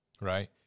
right